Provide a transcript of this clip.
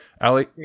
ali